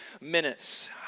minutes